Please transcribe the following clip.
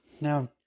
now